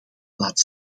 laat